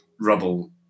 rubble